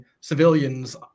civilians